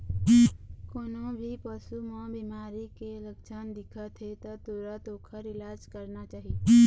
कोनो भी पशु म बिमारी के लक्छन दिखत हे त तुरत ओखर इलाज करना चाही